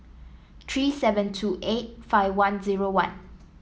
three seven two eight five one zero one